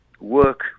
work